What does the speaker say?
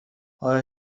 آیا